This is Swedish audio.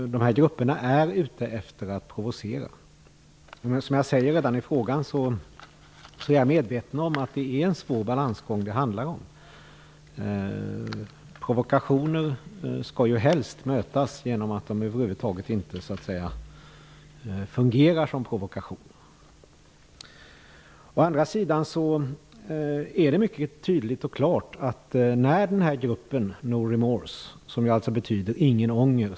Dessa grupper är ute efter att provocera. Som jag säger redan i frågan är jag medveten om att det handlar om en svår balansgång. Provokationer skall ju helst mötas så att de inte fungerar som provokationer. Den här gruppen heter No Remorse, som alltså betyder ''ingen ånger''.